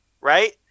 Right